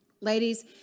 Ladies